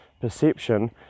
perception